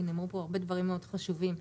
נאמרו פה הרבה דברים מאוד חשובים.